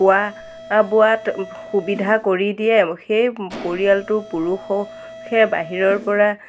খোৱা বোৱাত সুবিধা কৰি দিয়ে সেই পৰিয়ালটো পুৰুষ হে বাহিৰৰ পৰা